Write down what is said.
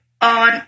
on